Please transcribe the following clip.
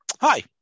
Hi